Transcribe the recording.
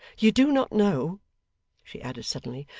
you do not know she added, suddenly,